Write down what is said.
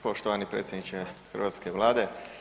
Poštovani predsjedniče hrvatske Vlade.